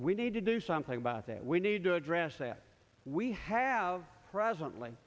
we need to do something about that we need to address that we have presently